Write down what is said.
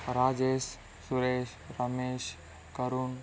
Rajesh Suresh Ramesh Karun